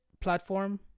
platform